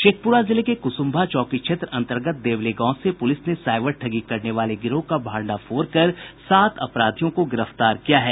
शेखपुरा जिले के कुसुम्भा चौकी क्षेत्र अंतर्गत देवले गांव से पुलिस ने साइबर ठगी करने वाले गिरोह का भंडाफोड़ कर सात अपराधियों को गिरफ्तार किया है